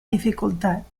dificultat